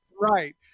Right